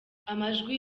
amajwi